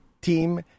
team